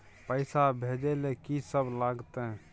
पैसा भेजै ल की सब लगतै?